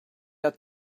had